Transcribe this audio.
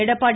Edappadi